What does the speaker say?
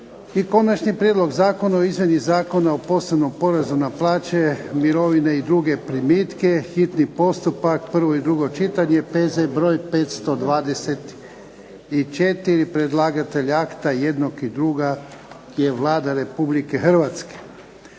- Konačni prijedlog zakona o izmjeni Zakona o posebnom porezu na plaće, mirovine i druge primitke, hitni postupak, prvo i drugo čitanje, P.Z. broj 524 Predlagatelj akta jednog i drugog je Vlada Republike Hrvatske.